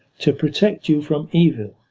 to protect you from evil,